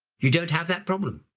you don't have that problem.